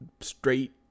straight